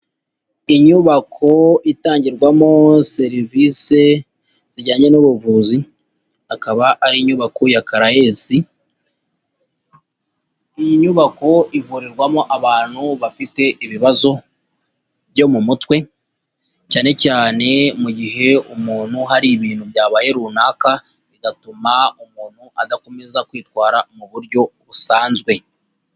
Inyubako itangirwamo serivise zijyanye n'ubuvuzi, akaba ari inyubako ya Caraes, iyi nyubako ivurirwamo abantu bafite ibibazo byo mu mutwe, cyane cyane mu gihe umuntu hari ibintu byabaye runaka, bigatuma umuntu adakomeza kwitwara mu buryo busanzwe.